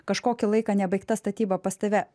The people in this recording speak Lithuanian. kažkokį laiką nebaigta statyba pas tave